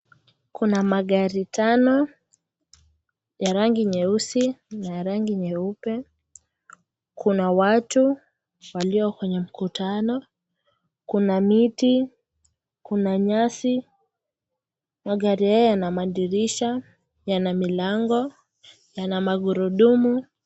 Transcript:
Kuna magari tano ya rangi nyeusi na rangi nyeupe, kuna watu walio kwenye mkutano, kuna miti, kuna nyasi. Magari haya yana madirisha, yana milango, yana magurudumu.